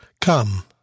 Come